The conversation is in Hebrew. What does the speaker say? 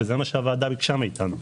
שזה מה שהוועדה ביקשה מאתנו,